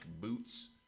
boots